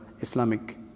Islamic